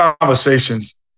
conversations